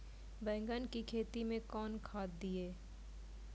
बैंगन की खेती मैं कौन खाद दिए?